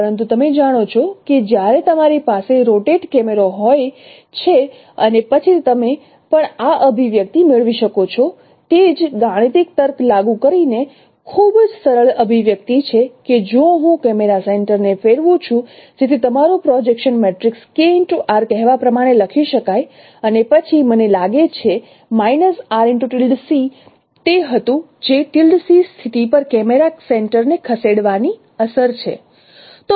પરંતુ તમે જાણો છો કે જ્યારે તમારી પાસે રોટેટ કેમેરો હોય છે અને પછી તમે પણ આ અભિવ્યક્તિ મેળવી શકો છો તે જ ગાણિતિક તર્ક લાગુ કરીને ખૂબ જ સરળ અભિવ્યક્તિ છે કે જો હું કેમેરા સેન્ટર ને ફેરવું છું જેથી તમારું પ્રોજેક્શન મેટ્રિક્સ KR કહેવા પ્રમાણે લખી શકાય અને પછી મને લાગે છે તે હતું જે સ્થિતિ પર કેમેરા સેન્ટર ને ખસેડવાની અસર છે